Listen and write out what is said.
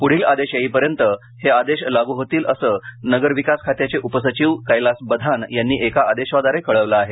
प्ढील आदेश येईपर्यंत हे आदेश लागू होतील असं नगर विकास खात्याचे उपसचिव कैलास बधान यांनी एका आदेशाद्वारे कळवलं आहे